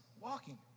walking